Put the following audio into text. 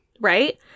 right